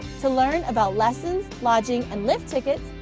to learn about lessons, lodging, and lift tickets,